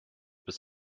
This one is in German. bis